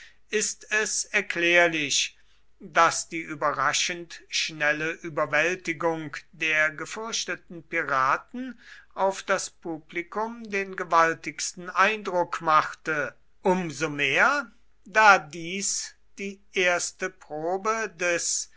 ist es erklärlich daß die überraschend schnelle überwältigung der gefürchteten piraten auf das publikum den gewaltigsten eindruck machte um so mehr da dies die erste probe des